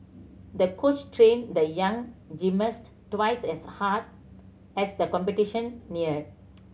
the coach trained the young gymnast twice as hard as the competition neared